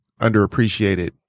underappreciated